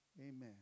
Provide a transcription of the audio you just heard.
Amen